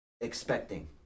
expecting